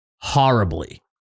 horribly